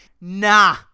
Nah